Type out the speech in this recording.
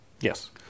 Yes